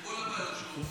עם כל הבעיות שלו.